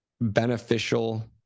beneficial